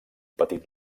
petit